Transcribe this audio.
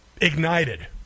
ignited